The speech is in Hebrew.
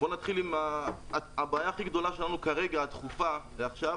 הבעיה הכי גדולה שלנו כרגע, הדחופה לעכשיו,